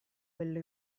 quello